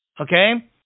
Okay